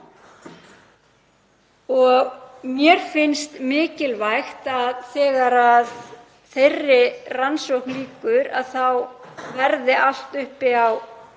Mér finnst mikilvægt að þegar þeirri rannsókn lýkur þá verði allt uppi á